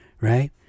right